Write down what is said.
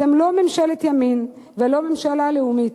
אתם לא ממשלת ימין ולא ממשלה לאומית.